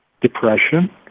depression